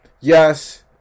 yes